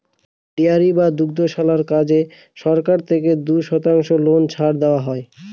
dairy বা দুগ্ধশালার কাজে সরকার থেকে দুই শতাংশ লোন ছাড় দেওয়া হয়